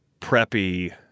preppy